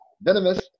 venomous